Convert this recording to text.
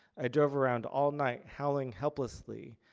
i drove around all night, howling helplessly.